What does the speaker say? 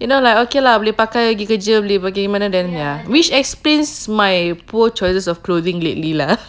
you know like okay lah boleh pakai pergi kerja boleh pergi mana which explains my poor choices of clothing lately lah